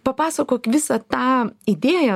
papasakok visą tą idėją